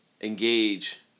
engage